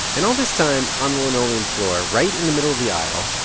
and all this time, on the linoleum floor right in the middle of the aisle,